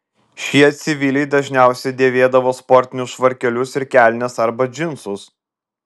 šie civiliai dažniausiai dėvėdavo sportinius švarkelius ir kelnes arba džinsus